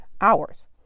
hours